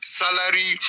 salary